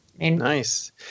Nice